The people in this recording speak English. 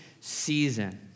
season